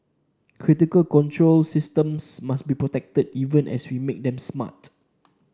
critical control systems must be protected even as we make them smart